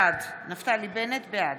בעד אלינה ברדץ' יאלוב, בעד